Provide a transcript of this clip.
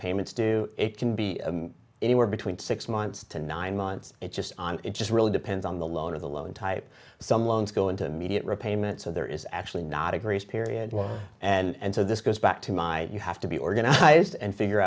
payments do it can be anywhere between six months to nine months it just on it just really depends on the loan or the loan type some loans go into immediate repayment so there is actually not a grace period and so this goes back to my you have to be organized and figure